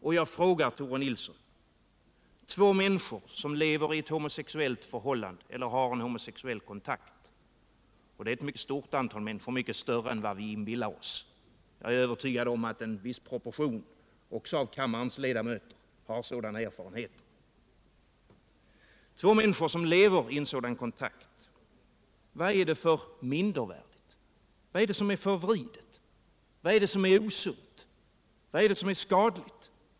Jag vill fråga Tore Nilsson en sak: Det är ett mycket stort antal människor som lever i ett homosexuellt förhållande eller har en homosexuell kontakt, ett mycket större antal än vi inbillar oss. Jag är övertygad om att en viss proportion också av kammarens ledamöter har sådan erfarenhet. Att två människor lever i en sådan kontakt — vad är det som är mindervärdigt med detta? Vad är det som är förvridet? Vad är det som är osunt? Vad är det som är skadligt?